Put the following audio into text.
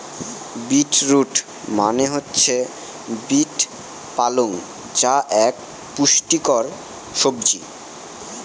beet root মনে হচ্ছে beet পালং যা এক পুষ্টিকর সবজি